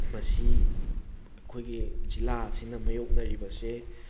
ꯃꯁꯤ ꯑꯩꯈꯣꯏꯒꯤ ꯖꯤꯜꯂꯥ ꯑꯁꯤꯅ ꯃꯥꯏꯌꯣꯛꯅꯔꯤꯕꯁꯦ